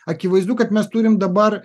akivaizdu kad mes turim dabar